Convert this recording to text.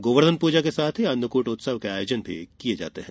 गोवर्धन पूजा के साथ ही अन्नकट उत्सव के आयोजन किये जा रहे हैं